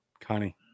Connie